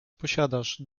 posiadasz